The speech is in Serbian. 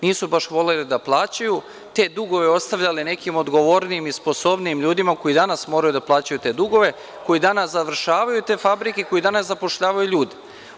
Nisu baš voleli da plaćaju, te dugove ostavljali su nekim odgovornijim i sposobnijim ljudima koji danas moraju da plaćaju te dugove, koji danas završavaju te fabrike i koji danas zapošljavaju ljude.